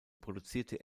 produzierte